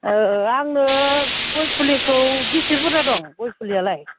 ओ ओआङो गय फुलिखौ बेसे बुर्जा दं गय फुलियालाय